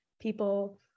people